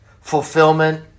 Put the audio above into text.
fulfillment